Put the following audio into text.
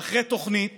ואחרי תוכנית